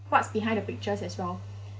what's behind pictures as well